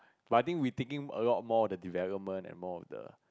but I think we thinking a lot more the development and more of the